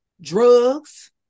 drugs